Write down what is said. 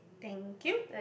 thank you